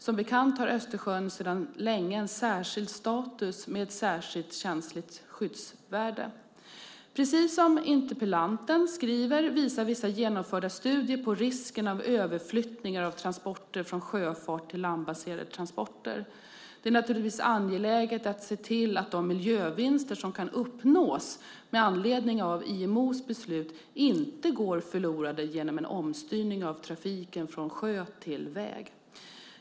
Som bekant har Östersjön sedan länge en särskild status med ett särskilt känsligt skyddsvärde. Precis som interpellanten skriver visar vissa genomförda studier på risken av överflyttningar av transporter från sjöfart till landbaserade transporter. Det är naturligtvis angeläget att se till att de miljövinster som kan uppnås med anledning av IMO:s beslut inte går förlorade genom en omstyrning av trafiken från sjö till väg.